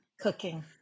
Cooking